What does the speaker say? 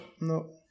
No